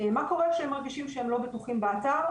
מה קורה כאשר הם מרגישים שהם לא בטוחים באתר,